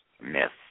myth